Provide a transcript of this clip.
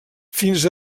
fins